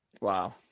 Wow